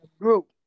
group